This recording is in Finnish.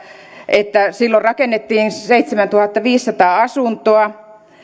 että silloin rakennettiin seitsemäntuhattaviisisataa asuntoa